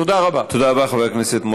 תודה רבה, אדוני.